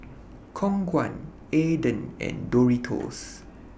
Khong Guan Aden and Doritos